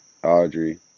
Audrey